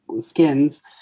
skins